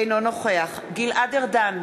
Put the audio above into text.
אינו נוכח גלעד ארדן,